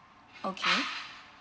okay